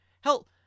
Hell